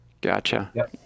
Gotcha